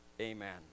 Amen